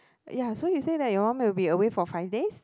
ya so you say that your mum will be away for five days